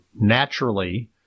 naturally